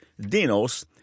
dinos